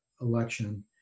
election